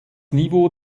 niveau